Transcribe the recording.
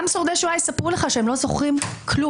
גם שורדי שואה יספרו לך שהם לא זוכרים כלום,